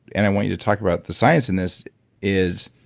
and i want you to talk about the science in this is,